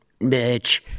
bitch